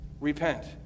Repent